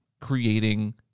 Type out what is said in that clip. creating